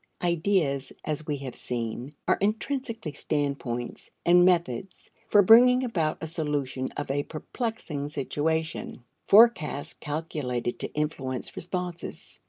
ideas, as we have seen, are intrinsically standpoints and methods for bringing about a solution of a perplexing situation forecasts calculated to influence responses.